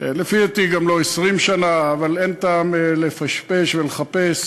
לפי דעתי, גם לא 20 שנה, אבל אין טעם לפשפש ולחפש.